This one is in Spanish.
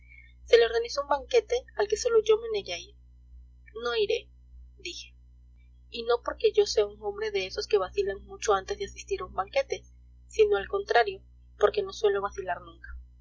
se le organizó un banquete al que solo yo me negué a ir no iré dije y no porque yo sea un hombre de esos que vacilan mucho antes de asistir a un banquete sino al contrario porque no suelo vacilar nunca